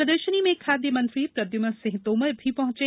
प्रदर्शनी में खाद्य मंत्री प्रद्यम्न सिंह तोमर भी पहुंचे